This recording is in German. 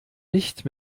nicht